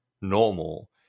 normal